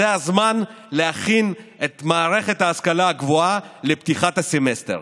זה הזמן להכין את מערכת ההשכלה הגבוהה לפתיחת הסמסטר.